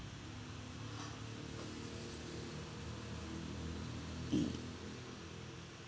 mm